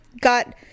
got